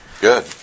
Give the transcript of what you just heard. Good